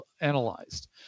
analyzed